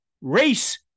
race